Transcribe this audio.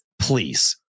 please